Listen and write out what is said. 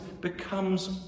becomes